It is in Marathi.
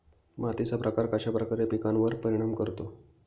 मातीचा प्रकार कश्याप्रकारे पिकांवर परिणाम करतो?